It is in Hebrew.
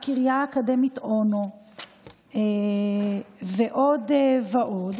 הקריה האקדמית אונו ועוד ועוד.